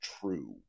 true